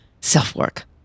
self-work